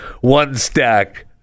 one-stack